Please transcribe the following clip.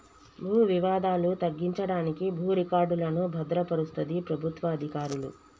భూ వివాదాలు తగ్గించడానికి భూ రికార్డులను భద్రపరుస్తది ప్రభుత్వ అధికారులు